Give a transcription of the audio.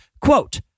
Quote